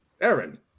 Aaron